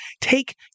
take